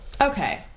Okay